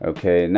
Okay